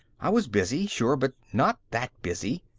i was busy, sure, but not that busy.